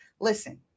listen